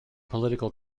political